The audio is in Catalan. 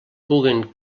puguen